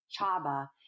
Chaba